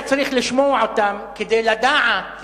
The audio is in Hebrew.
היה צריך לשמוע אותם כדי לדעת